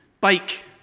bike